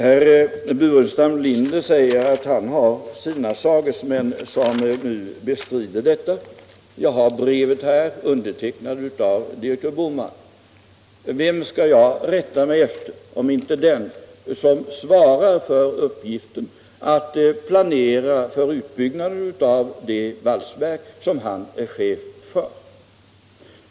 Herr Burenstam Linder säger att han har sina sagesmän som bestrider detta. Jag har här detta brev, undertecknat av direktör Boman. Vem skall jag rätta mig efter om inte efter den som svarar för uppgiften att planera för utbyggnaden av det valsverk som han är chef för?